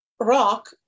rock